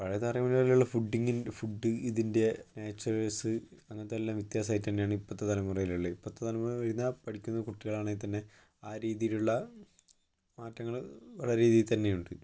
പഴയ തലമുറയിലുള്ള ഫുഡിങ് ഫുഡ് ഇതിൻ്റെ നേചേഴ്സ് അങ്ങനത്തെ എല്ലാം വ്യത്യാസമായി തന്നെയാണ് ഇപ്പത്തെ തലമുറയിലുള്ളത് ഇപ്പത്ത തലമുറയില് വരുന്ന പഠിക്കുന്ന കുട്ടികളാണെൽ തന്നെ ആ രീതിയിലുള്ള മാറ്റങ്ങള് രീതിയിൽ തന്നെയുണ്ട്